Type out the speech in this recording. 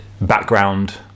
background